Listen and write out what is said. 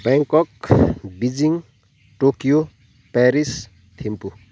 Bangkok Beijing Tokyo Paris Thimphu